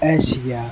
Asia